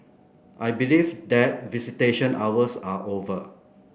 I believe that visitation hours are over